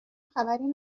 خبری